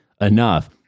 enough